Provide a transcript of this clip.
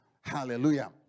Hallelujah